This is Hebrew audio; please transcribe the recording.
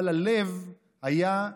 אבל הלב היה,